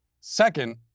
Second